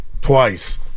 twice